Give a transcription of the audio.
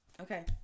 Okay